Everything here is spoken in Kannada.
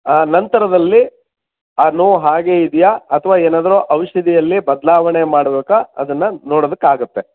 ಆ ನಂತರದಲ್ಲಿ ಆ ನೋವು ಹಾಗೇ ಇದೆಯಾ ಅಥವಾ ಏನಾದರೂ ಔಷಧಿಯಲ್ಲಿ ಬದಲಾವಣೆ ಮಾಡಬೇಕಾ ಅದನ್ನು ನೋಡೋದಕ್ಕಾಗುತ್ತೆ